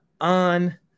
on